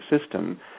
system